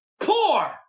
poor